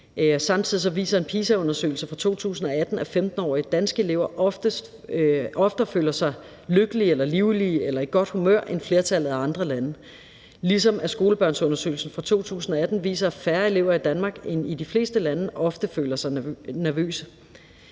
samtidig viser en PISA-undersøgelse fra 2018, at 15-årige danske elever oftere føler sig lykkelige eller livlige eller i godt humør end flertallet i andre lande, ligesom skolebørnsundersøgelsen fra 2018 viser, at færre elever i Danmark end i de fleste andre lande ofte føler sig nervøse.